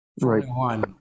Right